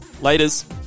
Laters